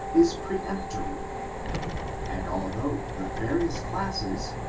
is peremptory and although the various classes,